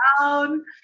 down